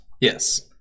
Yes